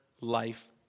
life